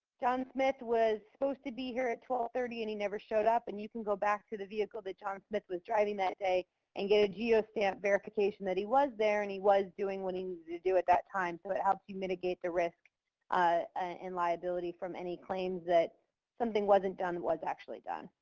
john smith was supposed to be here at twelve thirty, and he never showed up. and you can go back to the vehicle that john smith was driving that day and get a geo-stamp verification that he was there and he was doing what he needed to do at that time. so it helps you mitigate the risk ah and liability from any claims that something wasn't done that was actually done.